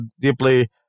deeply